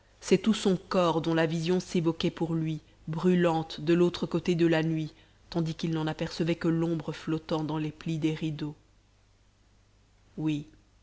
c'est tout son corps dont la vision s'évoquait pour lui brûlante de l'autre côté de la nuit tandis qu'il n'en apercevait que l'ombre flottant dans les plis des rideaux oui